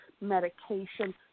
medication